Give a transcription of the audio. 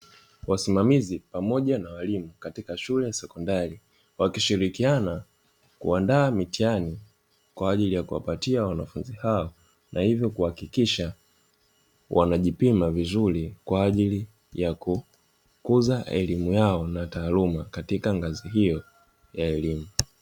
Wasimamizi pamoja na walimu katika shule ya sekondari, wakishirikiana kuandaa mitihani kwa ajili ya kuwapatia wanafunzi hawa, na hivyo kuhakikisha wanajipima vizuri kwa ajili ya kukuza elimu yao na taaluma katika ngazi hiyo ya elimu.